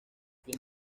fin